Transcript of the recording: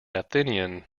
athenian